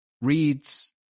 reads